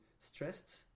stressed